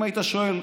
אם היית שואל,